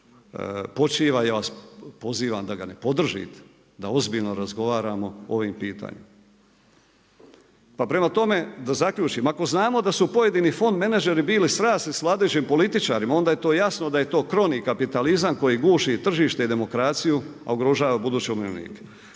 počiva, ja vas pozivam da ga ne podržite, da ozbiljno razgovaramo o ovim pitanjima. Pa prema tome, da zaključim. Ako znamo da su pojedini fond menadžeri bili srasli s vladajućim političarima, onda je to jasno da je to krovni kapitalizam koji guši tržište i demokraciju a ugrožava buduće umirovljenike.